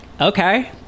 Okay